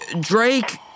Drake